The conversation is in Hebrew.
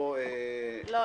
לא,